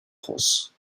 france